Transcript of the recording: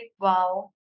wow